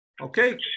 Okay